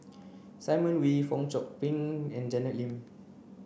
Simon Wee Fong Chong Pik and Janet Lim